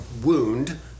wound